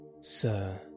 Sir